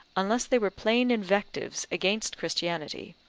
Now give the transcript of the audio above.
unless they were plain invectives against christianity,